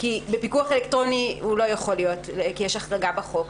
כי בפיקוח אלקטרוני הוא לא יכול להיות כי יש החרגה בחוק,